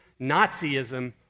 Nazism